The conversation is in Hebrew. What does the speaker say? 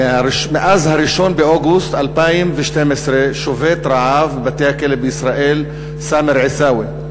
מאז 1 באוגוסט 2012 שובת רעב בבתי-הכלא בישראל סאמר עיסאווי.